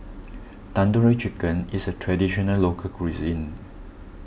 Tandoori Chicken is a Traditional Local Cuisine